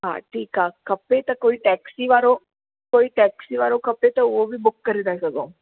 हा ठीकु आहे खपे त कोई टैक्सी वारो कोई टैक्सी वारो खपे त उहो बि बुक करे था सघूं